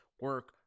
Work